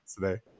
today